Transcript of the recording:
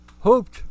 hooped